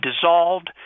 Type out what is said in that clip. dissolved